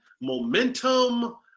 momentum